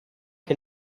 che